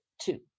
two